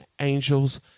angels